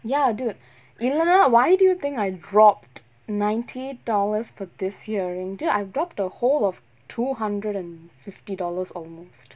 ya dude இல்லனா நா:illanaa naa why do you think I dropped ninety dollars for this earring dude I've dropped the whole of two hundred and fifty dollars almost